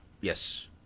Yes